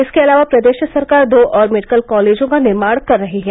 इसके अलावा प्रदेश सरकार दो और मेडिकल कॉलेजों का निर्माण कर रही है